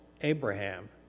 Abraham